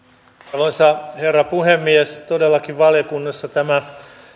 arvoisa herra puhemies todellakin valiokunnassa tämä